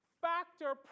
factor